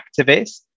activists